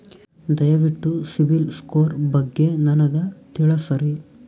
ದಯವಿಟ್ಟು CIBIL score ಬಗ್ಗೆ ನನಗ ತಿಳಸರಿ?